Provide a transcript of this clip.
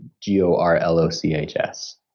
G-O-R-L-O-C-H-S